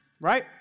Right